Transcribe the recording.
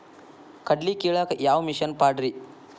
ಕಡ್ಲಿ ಕೇಳಾಕ ಯಾವ ಮಿಷನ್ ಪಾಡ್ರಿ?